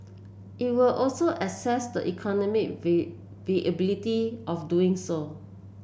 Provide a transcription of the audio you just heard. it will also assess the economic viability of doing so